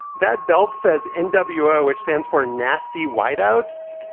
that belt says in w r, which stands for nasty wideouts,